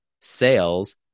sales